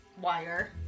wire